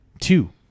Two